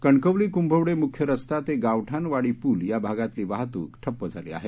कणकवली कुंभवडे मुख्य रस्ता ते गावठाण वाडी पूल या भागातली वाहतूक ठप्प झाली आहे